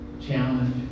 challenge